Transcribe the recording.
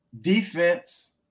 defense